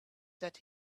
that